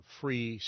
free